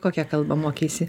kokią kalbą mokeisi